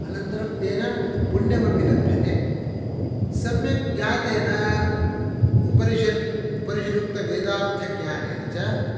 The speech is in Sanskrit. अनन्तरं तेन पुण्यमपि लभ्यते सम्यक् ज्ञातेन उपरिषद् उपरिषदयुक्त वेदार्थज्ञानेन च